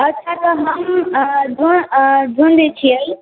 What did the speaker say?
अच्छा तऽ हम अऽ ढुँढ़ै छियै